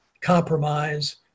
compromise